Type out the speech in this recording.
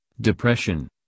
depression